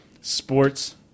sports